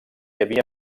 havia